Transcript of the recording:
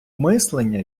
мислення